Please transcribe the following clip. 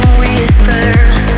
whispers